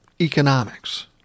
economics